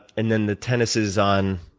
and then the tennis is on?